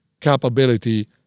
capability